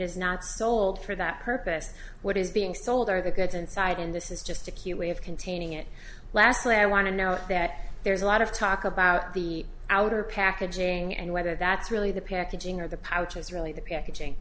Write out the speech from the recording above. is not sold for that purpose what is being sold are the goods inside and this is just a cute way of containing it lastly i want to know that there's a lot of talk about the outer packaging and whether that's really the packaging or the pouch is really the packaging